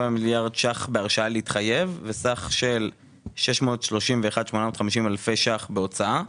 מיליארד ש"ח בהרשאה להתחייב וסך של 631,850 אלפי ש"ח בהוצאה,